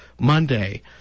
monday